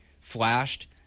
flashed